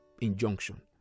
injunction